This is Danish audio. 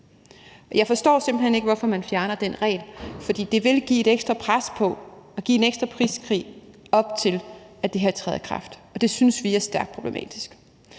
Jeg forstår simpelt hen ikke, hvorfor man fjerner den regel, for det vil give et ekstra pres på og give en ekstra priskrig, op til at det her træder i kraft, og det synes vi er stærkt problematisk.